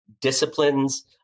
disciplines